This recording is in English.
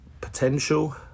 potential